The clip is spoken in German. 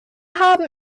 haben